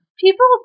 people